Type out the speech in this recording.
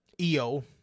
EO